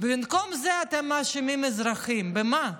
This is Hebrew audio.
ובמקום זה אתם מאשימים אזרחים, במה?